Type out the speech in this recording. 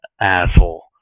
asshole